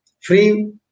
Free